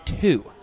Two